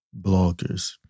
bloggers